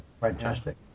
fantastic